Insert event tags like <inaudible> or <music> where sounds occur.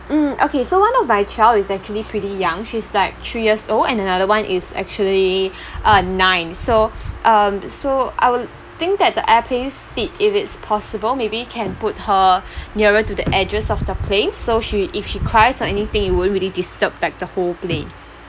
mm okay so one of my child is actually pretty young she's like three years old and another one is actually <breath> uh nine so <breath> um so I will think that the airplane seats if it's possible maybe can put her <breath> nearer to the edges of the plane so she if she cries or anything it won't really disturb like the whole plane